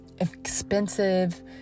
expensive